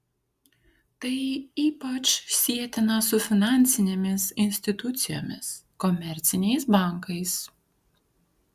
tai ypač sietina su finansinėmis institucijomis komerciniais bankais